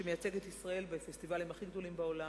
שמייצגת את ישראל בפסטיבלים הכי גדולים בעולם,